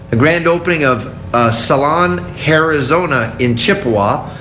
grand opening of salon hair-zona in chippawa.